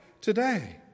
today